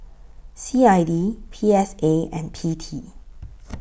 C I D P S A and P T